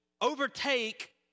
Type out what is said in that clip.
overtake